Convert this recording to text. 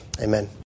Amen